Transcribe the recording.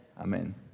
Amen